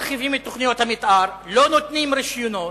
לא מרחיבים את תוכניות המיתאר, לא נותנים רשיונות,